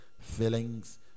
feelings